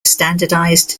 standardized